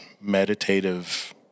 meditative